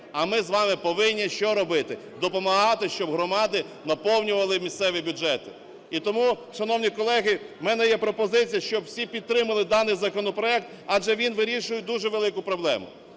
А ми з вами повинні, що робити? Допомагати, щоб громади наповнювали місцеві бюджети. І тому, шановні колеги, у мене є пропозиція, щоб всі підтримали даний законопроект, адже він вирішує дуже велику проблему.